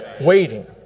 Waiting